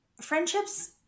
friendships